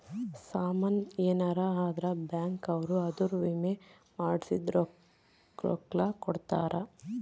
ಸಾಮನ್ ಯೆನರ ಅದ್ರ ಬ್ಯಾಂಕ್ ಅವ್ರು ಅದುರ್ ವಿಮೆ ಮಾಡ್ಸಿದ್ ರೊಕ್ಲ ಕೋಡ್ತಾರ